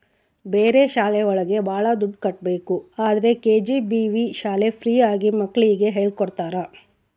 ಬೇರೆ ಶಾಲೆ ಒಳಗ ಭಾಳ ದುಡ್ಡು ಕಟ್ಬೇಕು ಆದ್ರೆ ಕೆ.ಜಿ.ಬಿ.ವಿ ಶಾಲೆ ಫ್ರೀ ಆಗಿ ಮಕ್ಳಿಗೆ ಹೇಳ್ಕೊಡ್ತರ